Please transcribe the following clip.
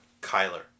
Kyler